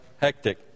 hectic